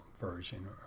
version